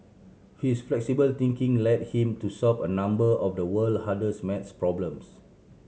his flexible thinking led him to solve a number of the world hardest math problems